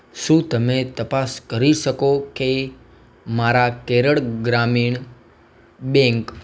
શું તમે તપાસ કરી શકો કે મારા કેરળ ગ્રામીણ બેંક